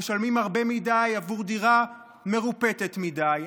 משלמים הרבה מדי עבור דירה מרופטת מדי.